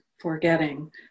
forgetting